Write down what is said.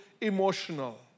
emotional